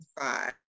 five